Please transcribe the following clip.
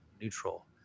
neutral